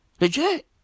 Legit